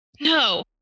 No